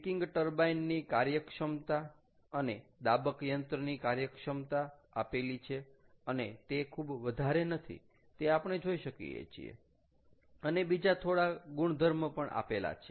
picking turbine ની કાર્યક્ષમતા અને દાબક યંત્રની કાર્યક્ષમતા આપેલી છે અને તે ખૂબ વધારે નથી તે આપણે જોઈ શકીએ છીએ અને બીજા થોડા ગુણધર્મ પણ આપેલા છે